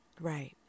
Right